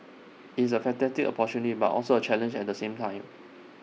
it's A fantastic opportunity but also A challenge at the same time